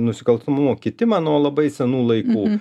nusikalstamumo kitimą nuo labai senų laikų